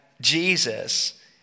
Jesus